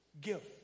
give